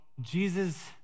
Jesus